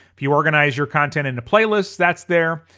if you organize your content into playlists, that's there.